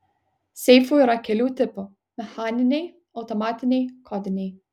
seifų yra kelių tipų mechaniniai automatiniai kodiniai